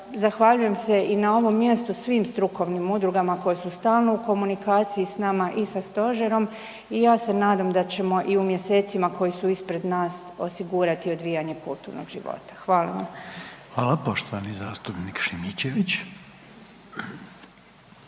Zahvaljujem se i na ovom mjestu svim strukovnim udrugama koje su stalno u komunikaciji s nama i sa stožerom i ja se nadam da ćemo i u mjesecima koji su ispred nas osigurati odvijanje kulturnog života. Hvala vam. **Reiner, Željko (HDZ)** Hvala. Poštovani zastupnik Šimičević.